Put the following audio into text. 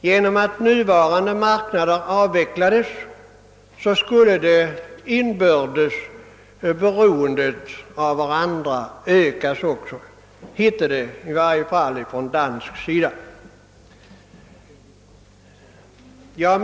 Genom att nuvarande marknader avvecklades skulle det inbördes beroendet mellan länderna också ökas, sades det bl.a. från danskt håll. Herr talman!